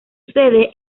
sede